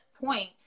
point